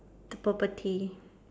the property